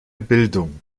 bildung